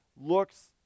looks